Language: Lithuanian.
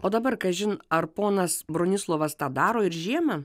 o dabar kažin ar ponas bronislovas tą daro ir žiemą